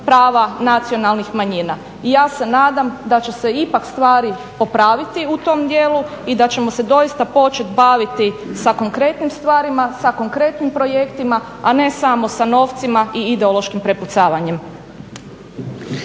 prava nacionalnih manjina i ja se nadam da će se ipak stvari popraviti u tom dijelu i da ćemo se doista početi baviti sa konkretnim stvarima, sa konkretnim projektima a ne samo sa novcima i ideološkim prepucavanjem.